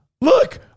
look